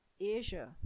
Asia